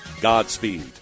Godspeed